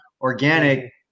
organic